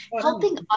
Helping